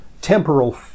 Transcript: temporal